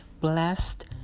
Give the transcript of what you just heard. blessed